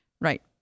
right